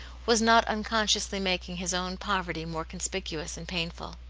was not unconsciously making his own poverty more conspicuous and painful.